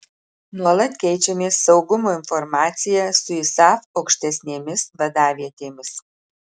nuolat keičiamės saugumo informacija su isaf aukštesnėmis vadavietėmis